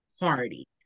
party